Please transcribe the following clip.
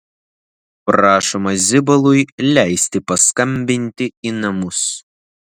prašoma zibalui leisti paskambinti į namus